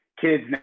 kids